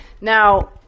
Now